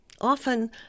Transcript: often